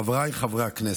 חבריי חברי הכנסת,